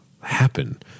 happen